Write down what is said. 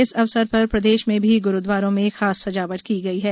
इस अवसर पर प्रदेश में भी गुरुद्वारों में खास सजावट की गई है